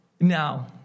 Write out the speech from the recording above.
Now